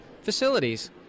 facilities